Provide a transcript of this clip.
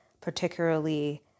particularly